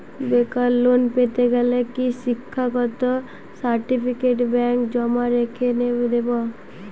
বেকার লোন পেতে গেলে কি শিক্ষাগত সার্টিফিকেট ব্যাঙ্ক জমা রেখে দেবে?